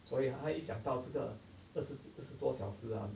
所以他一想到这个二十二十多小时啊